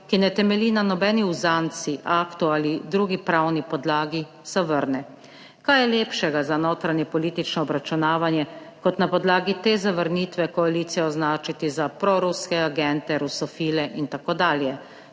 ki ne temelji na nobeni uzanci, aktu ali drugi pravni podlagi zavrne. Kaj je lepšega za notranjepolitično obračunavanje, kot na podlagi te zavrnitve koalicije označiti za proruske agente, rusofile in tako dalje.